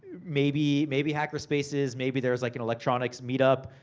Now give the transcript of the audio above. maybe maybe hacker spaces. maybe there's like an electronics meetup.